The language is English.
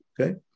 Okay